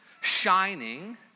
shining